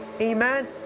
Amen